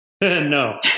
No